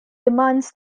demands